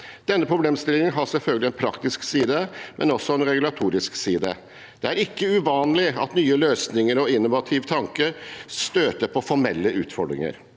Denne problemstillingen har selvfølgelig en praktisk side, men også en regulatorisk side. Det er ikke uvanlig at nye løsninger og en innovativ tanke støter på formelle utfordringer.